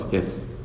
Yes